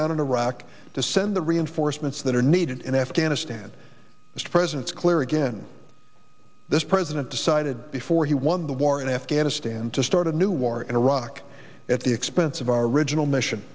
down in iraq to send the reinforcements that are needed in afghanistan mr president is clear again this president decided before he won the war in afghanistan to start a new war in iraq at the expense of our original mission